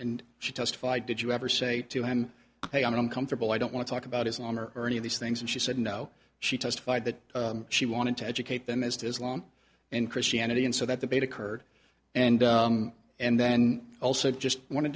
and she testified did you ever say to him hey i'm uncomfortable i don't want to talk about islam or any of these things and she said no she testified that she wanted to educate them as to islam and christianity and so that debate occurred and and then also just